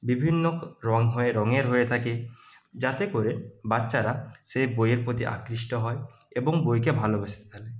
বিভিন্ন রঙ হয় রঙের হয়ে থাকে যাতে করে বাচ্চারা সেই বইয়ের প্রতি আকৃষ্ট হয় এবং বইকে ভালবেসে ফেলে